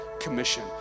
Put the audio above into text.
Commission